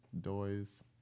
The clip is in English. doys